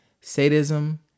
sadism